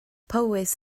powys